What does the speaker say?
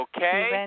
Okay